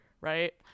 Right